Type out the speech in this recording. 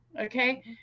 okay